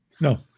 No